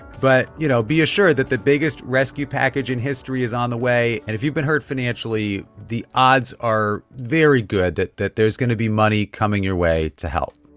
but you know, be assured that the biggest rescue package in history is on the way. and if you've been hurt financially, the odds are very good that that there's going to be money coming your way to help